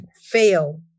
fail